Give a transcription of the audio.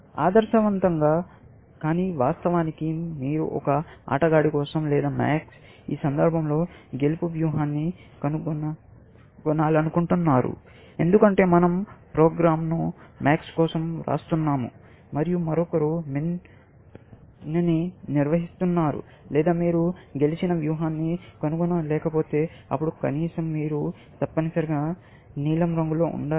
ఆదర్శవంతంగా వాస్తవానికి మీరు ఒక ఆటగాడి కోసం లేదా max ఈ సందర్భంలో గెలుపు వ్యూహాన్ని కనుగొనాలనుకుంటున్నారు ఎందుకంటే మన০ ప్రోగ్రామ్ ను max కోసం వ్రాస్తున్నాము మరియు మరొకరు min నిర్వహిస్తున్నారు లేదా మీరు గెలిచిన వ్యూహాన్ని కనుగొన లేకపోతే అప్పుడు కనీసం మీరు తప్పనిసరిగా నీలం రంగులో ఉండాలి